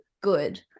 good